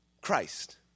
Christ